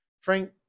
Frank